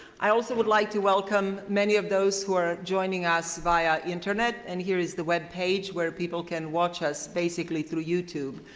i also would like to welcome many of those who are joining us by ah internet and here are the web page where people can watch us basically through youtube.